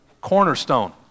cornerstone